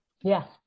Yes